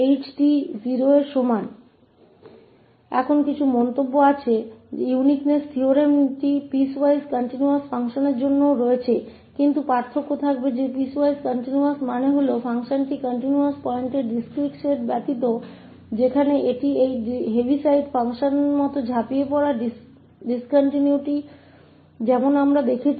uniqueness प्रमेय piecewise continuous function के लिए भी है लेकिन एक अंतर यह होगा कि piecewise continuous का अर्थ है कि फ़ंक्शन continuous है सिवाय शायद उन बिंदुओं के असतत सेट पर जहां इसमें इस तरह के हेविसाइड फ़ंक्शन जैसे jumped discontinuities हैं जिन्हें हमने देखा है